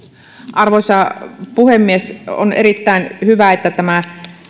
arvoisa puhemies on erittäin hyvä että tämä